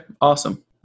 Awesome